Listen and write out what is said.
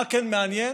מה כן מעניין?